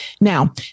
Now